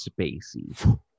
Spacey